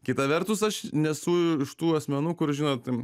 kita vertus aš nesu iš tų asmenų kur žinot